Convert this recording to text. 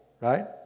right